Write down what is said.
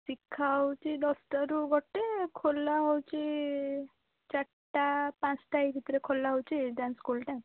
ଶିଖା ହେଉଛି ଦଶଟାରୁ ଗୋଟେ ଖୋଲା ହେଉଛି ଚାରିଟା ପାଞ୍ଚଟା ଏଇ ଭିତରେ ଖୋଲା ହେଉଛି ଡ୍ୟାନ୍ସ ସ୍କୁଲଟା